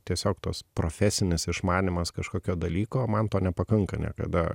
tiesiog tos profesinis išmanymas kažkokio dalyko man to nepakanka niekada